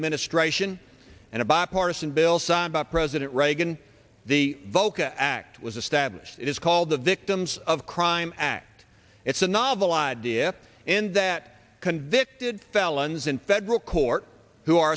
administration and a bipartisan bill signed by president reagan the bokeh act was established it is called the victims of crime act it's a novel idea in that convicted felons in federal court who are